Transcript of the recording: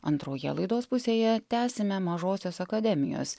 antroje laidos pusėje tęsime mažosios akademijos